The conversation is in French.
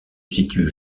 situent